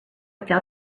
fell